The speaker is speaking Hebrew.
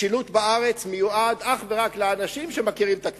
שהשילוט בארץ מיועד אך ורק לאנשים שמכירים את הכבישים.